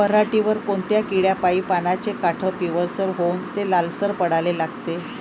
पऱ्हाटीवर कोनत्या किड्यापाई पानाचे काठं पिवळसर होऊन ते लालसर पडाले लागते?